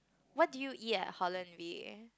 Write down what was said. what do you eat at Holland V